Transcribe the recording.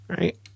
Right